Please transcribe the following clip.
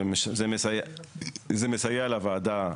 זה מסייע לוועדה,